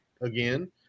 again